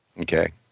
Okay